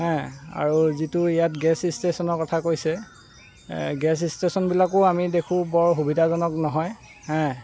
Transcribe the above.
আৰু যিটো ইয়াত গেষ্ট ইষ্টেশ্যনৰ কথা কৈছে গেষ্ট ইষ্টেশ্যনবিলাকো আমি দেখোঁ বৰ সুবিধাজনক নহয়